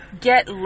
get